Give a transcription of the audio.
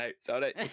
sorry